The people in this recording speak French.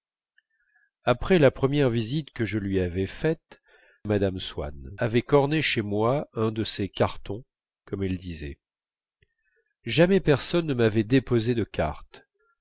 après la première visite que je lui avais faite mme swann avait corné chez moi un de ces cartons comme elle disait jamais personne ne m'avait déposé de cartes